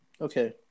Okay